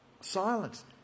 Silence